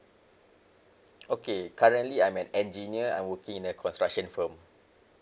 okay currently I'm an engineer I'm working in a construction firm